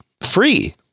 free